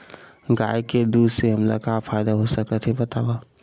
गाय के दूध से हमला का का फ़ायदा हो सकत हे बतावव?